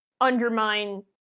undermine